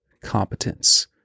competence